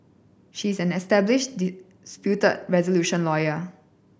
she's an established disputed resolution lawyer